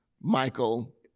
Michael